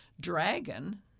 dragon